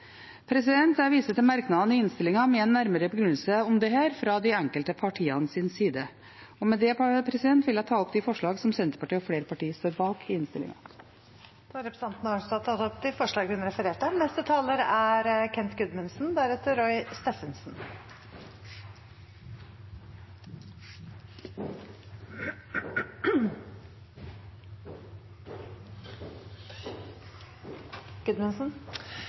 Jeg viser til merknadene i innstillingen med en nærmere begrunnelse fra de enkelte partienes side. Med det vil jeg ta opp de forslag som Senterpartiet og flere partier står bak i innstillingen. Da har representanten Marit Arnstad tatt opp de forslagene hun refererte